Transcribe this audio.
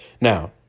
Now